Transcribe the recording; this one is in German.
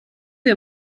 wir